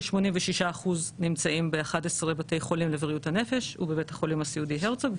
כ-86% נמצאים ב-11 בתי חולים לבתי הנפש ובבית החולים הסיעודי הרצוג,